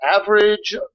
average